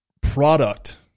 product